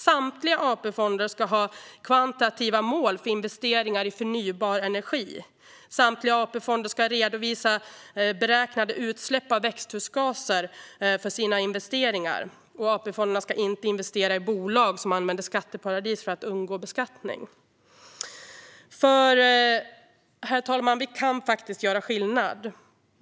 Samtliga AP-fonder ska ha kvantitativa mål för investeringar i förnybar energi. Samtliga AP-fonder ska redovisa beräknade utsläpp av växthusgaser för sina investeringar. AP-fonderna ska inte investera i bolag som använder skatteparadis för att undgå beskattning. För, herr talman, vi kan faktiskt göra skillnad.